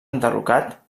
enderrocat